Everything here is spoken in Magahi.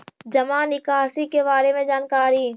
जामा निकासी के बारे में जानकारी?